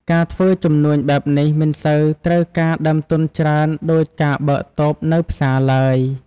ការធ្វើជំនួញបែបនេះមិនសូវត្រូវការដើមទុនច្រើនដូចការបើកតូបនៅផ្សារឡើយ។